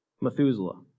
Methuselah